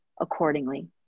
accordingly